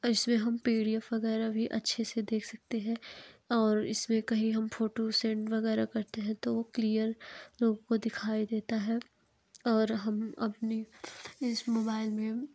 इसमें हम P D F वगैरह भी अच्छे से देख सकते हैं और इसमें कहीं हम फोटो सेंड वगैरह करते हैं तो वो क्लियर तो हमको दिखाई देता है और हम अपनी इस मोबाइल में